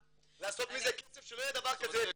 לעשות מזה כסף שלא יהיה דבר כזה.